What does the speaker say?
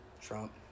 Trump